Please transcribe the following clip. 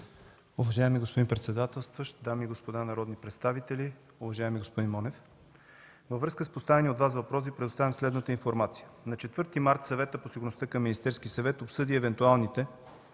Уважаеми господин председателстващ, дами и господа народни представители! Уважаеми господин Монев, във връзка с поставения от Вас въпрос, представям следната информация. На 4 март 2014 г. Съветът по сигурността към Министерския съвет обсъди евентуалните